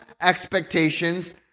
expectations